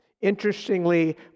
Interestingly